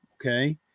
okay